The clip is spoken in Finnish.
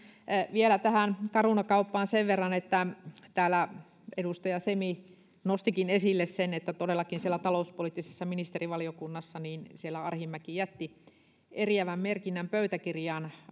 vielä tähän caruna kauppaan sen verran että täällä edustaja semi nostikin esille sen että todellakin siellä talouspoliittisessa ministerivaliokunnassa arhinmäki jätti eriävän merkinnän pöytäkirjaan